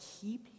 keep